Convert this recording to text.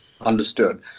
understood